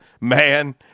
man